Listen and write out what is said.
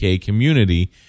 community